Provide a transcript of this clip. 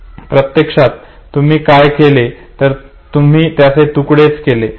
प्रत्यक्षात तुम्ही काय केले तर तुम्ही त्याचे तुकडेच केले